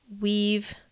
weave